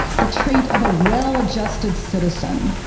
the trait of a well-adjusted citizen,